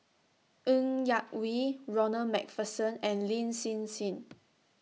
Ng Yak Whee Ronald MacPherson and Lin Hsin Hsin